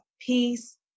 peace